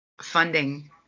funding